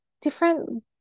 different